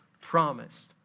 promised